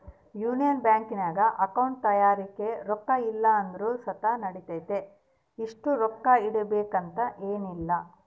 union ಬ್ಯಾಂಕಿನಾಗ account ತೆರ್ಯಾಕ ರೊಕ್ಕ ಇಲ್ಲಂದ್ರ ಸುತ ನಡಿತತೆ, ಇಷ್ಟು ರೊಕ್ಕ ಇಡುಬಕಂತ ಏನಿಲ್ಲ